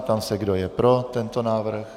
Ptám se, kdo je pro tento návrh.